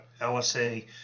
LSA